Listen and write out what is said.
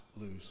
lose